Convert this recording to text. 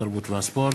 התרבות והספורט,